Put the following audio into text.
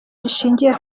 rishingiye